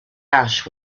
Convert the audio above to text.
ash